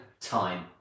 time